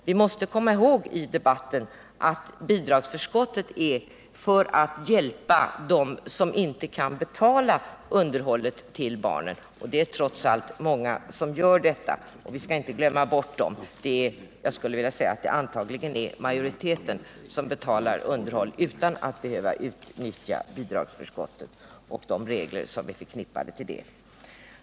Vi måste komma ihåg att bidragsförskottet är till för att hjälpa dem som inte kan betala underhållet till barnen. Men det är trots allt många som betalar underhåll, och dem skall vi inte glömma bort. Det är antagligen majoriteten som betalar underhåll utan att behöva utnyttja bidragsförskott och de regler som är förknippade med detta.